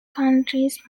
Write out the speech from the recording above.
countries